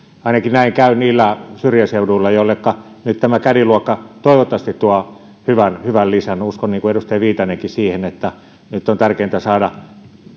näin käy ainakin niillä syrjäseuduilla joille nyt tämä caddy luokka toivottavasti tuo hyvän hyvän lisän uskon niin kuin edustaja viitanenkin siihen että nyt on tärkeintä saada